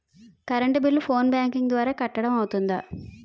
Current bill phone banking ద్వారా కట్టడం అవ్తుందా?